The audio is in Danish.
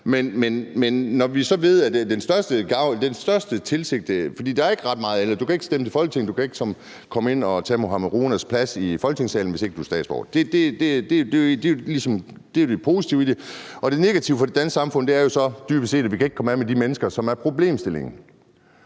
godt vidste, at det var der ingen grund til. Undskyld, formand. Du kan ikke stemme til Folketinget; du kan ikke komme ind og tage Mohammad Ronas plads i Folketingssalen, hvis ikke du er statsborger. Det er jo det positive i det. Og det negative for det danske samfund er så dybest set, at vi ikke kan komme af med de mennesker, som er problemet – dem,